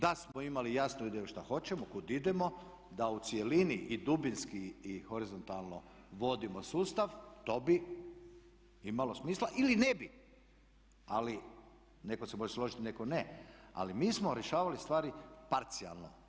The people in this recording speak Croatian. Da smo imali jasnu ideju što hoćemo, kud idemo, da u cjelini i dubinski i horizontalno vodimo sustav to bi imalo smisla ili ne bi ali netko se može složiti, a netko ne, ali mi smo rješavali stvari parcijalno.